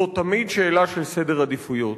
זו תמיד שאלה של סדר עדיפויות,